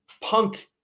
punk